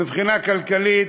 מבחינה כלכלית,